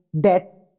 deaths